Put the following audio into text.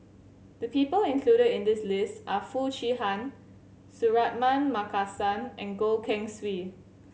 the people included in this list are Foo Chee Han Suratman Markasan and Goh Keng Swee